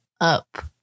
up